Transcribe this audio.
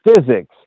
physics